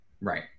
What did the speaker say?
Right